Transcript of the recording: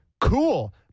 Cool